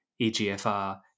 EGFR